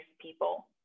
people